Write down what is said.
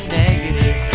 negative